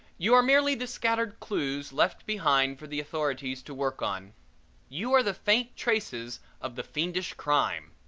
you are merely the scattered clews left behind for the authorities to work on you are the faint traces of the fiendish crime.